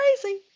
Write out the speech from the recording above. crazy